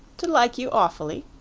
to like you awfully?